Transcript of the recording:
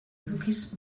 edukiz